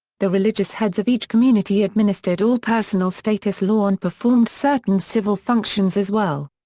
the religious heads of each community administered all personal status law and performed certain civil functions as well.